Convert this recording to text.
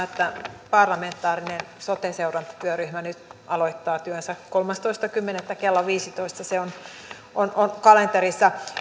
että parlamentaarinen sote seurantatyöryhmä nyt aloittaa työnsä kolmastoista kymmenettä kello viisitoista se on on kalenterissa